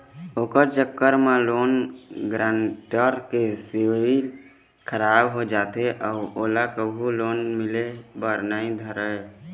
ओखर चक्कर म लोन गारेंटर के सिविल खराब हो जाथे अउ ओला कभू लोन मिले बर नइ धरय